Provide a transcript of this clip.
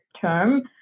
term